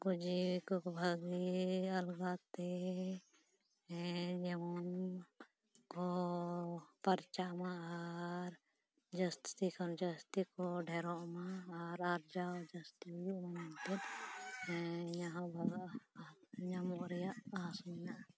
ᱯᱩᱡᱤ ᱠᱚᱠᱚ ᱵᱷᱟᱹᱜᱤ ᱟᱨᱵᱷᱟᱜᱽ ᱛᱮ ᱦᱮᱸ ᱡᱮᱢᱚᱱ ᱠᱚ ᱯᱟᱨᱪᱟᱜ ᱢᱟ ᱟᱨ ᱡᱟᱹᱥᱛᱤ ᱠᱷᱚᱱ ᱡᱟᱹᱥᱛᱤ ᱠᱚ ᱰᱷᱮᱹᱨᱚᱜ ᱢᱟ ᱟᱨ ᱟᱨᱡᱟᱣ ᱡᱟᱹᱥᱛᱤ ᱦᱩᱭᱩᱜ ᱢᱟ ᱢᱮᱱᱛᱮᱫ ᱤᱧᱟᱹᱜ ᱦᱚᱸ ᱵᱷᱟᱜᱚᱜ ᱟᱨ ᱧᱟᱢᱚᱜ ᱨᱮᱭᱟᱜ ᱟᱸᱥ ᱢᱮᱱᱟᱜᱼᱟ